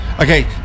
Okay